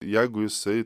jeigu jisai